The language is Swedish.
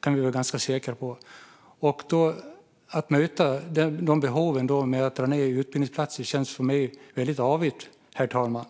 Att möta dessa behov med att dra ned på antalet utbildningsplatser känns för mig väldigt avigt, herr talman.